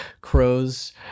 Crows